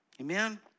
Amen